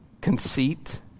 conceit